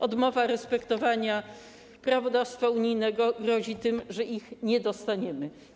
Odmowa respektowania prawodawstwa unijnego grozi tym, że ich nie dostaniemy.